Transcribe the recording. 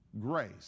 grace